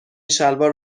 شلوار